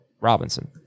Robinson